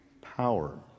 power